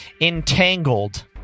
entangled